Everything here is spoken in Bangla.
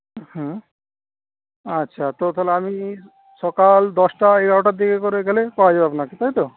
হুম আচ্ছা তো তাহলে আমি সকাল দশটা এগারোটার দিকে করে গেলে পাওয়া যাবে আপনাকে তাই তো